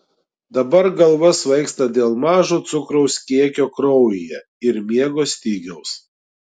dabar galva svaigsta dėl mažo cukraus kiekio kraujyje ir miego stygiaus